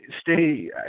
stay